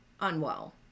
unwell